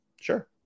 Sure